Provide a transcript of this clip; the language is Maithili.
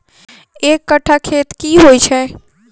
एक कट्ठा खेत की होइ छै?